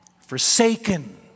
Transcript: Forsaken